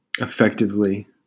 effectively